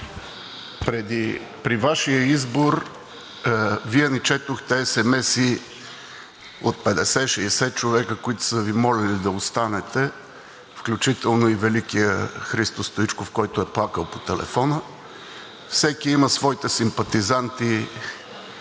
При Вашия избор Вие ни четохте SMS-и от 50 – 60 човека, които са Ви молили да останете, включително и великият Христо Стоичков, който е плакал по телефона. Всеки има своите симпатизанти